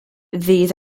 these